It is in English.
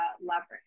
leverage